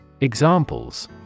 Examples